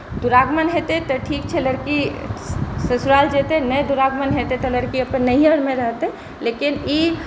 दुरागमन हेतै तऽ ठीक छै लड़की ससुराल जेतै नहि दुरागमन हेतै तऽ लड़की अपन नैहरमे रहतै लेकिन ई